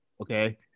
okay